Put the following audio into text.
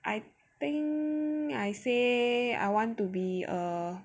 I think I say I want to be a